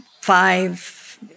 five